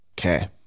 Okay